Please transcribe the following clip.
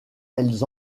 elles